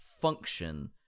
function